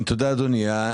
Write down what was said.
תודה, אדוני.